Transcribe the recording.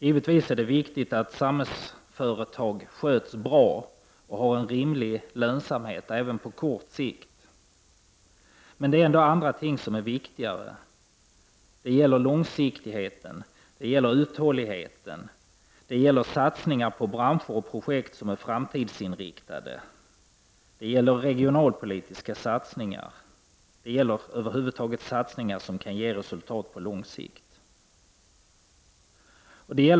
Givetvis är det viktigt att samhällsföretag sköts bra och har en rimlig lönsamhet även på kort sikt, men det är ändå andra ting som är viktigare. Det gäller långsiktigheten och uthålligheten samt satsningar på branscher och projekt som är framtidsinriktade. Det gäller vidare regionalpolitiska satsningar och över huvud taget satsningar som kan ge resultat på lång sikt.